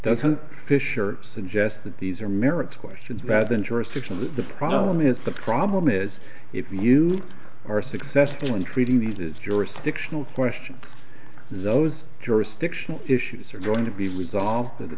doesn't fisher suggest that these are merits questions rather than jurisdiction of the problem is the problem is if you are successful in treating these as jurisdictional questions those jurisdictional issues are going to be resolved in the